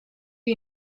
you